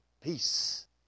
peace